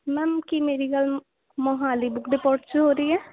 ma'am ਕੀ ਮੇਰੀ ਗੱਲ ਮੋਹਾਲੀ ਬੁੱਕ ਡਿਪੋਟ 'ਚ ਹੋ ਰਹੀ ਹੈ